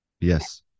Yes